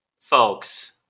folks